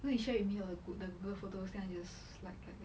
so he share with me err good the good photos then I just like like like